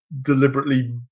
deliberately